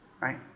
right